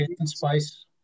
Spice